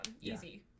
Easy